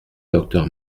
docteur